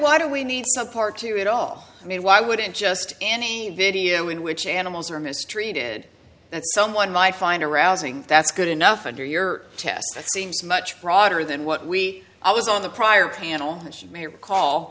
why do we need support to it all i mean why wouldn't just any video in which animals are mistreated that someone might find arousing that's good enough and your test seems much broader than what we i was on the prior panel as you may recall